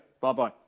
Bye-bye